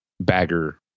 bagger